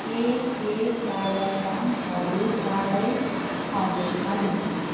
के के कार्यक्रमहरू चाँडै आउँदैछन्